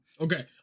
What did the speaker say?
Okay